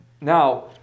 Now